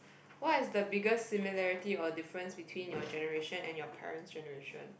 what is the biggest similarity or difference between your generation and your parent's generation